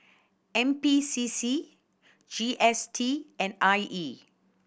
N P C C G S T and I E